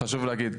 חשוב להגיד,